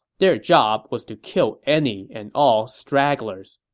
their job was to kill any and all stragglers.